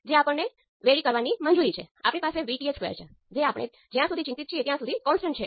તેથી આપણી પાસે V1 એ h11 I1 h12 V2 છે